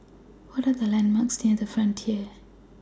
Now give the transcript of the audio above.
What Are The landmarks near The Frontier